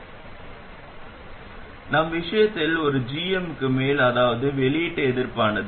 எனவே நான் இங்கே VTEST ஐப் பயன்படுத்துகிறேன் மேலும் தற்போதைய பாயும் ITEST மற்றும் VTESTITEST எனக்கு வெளியீட்டு எதிர்ப்பைக் கொடுக்கும்